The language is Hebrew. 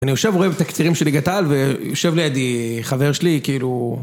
אני יושב ורואה את התקצירים של ליגת העל ויושב לידי חבר שלי כאילו...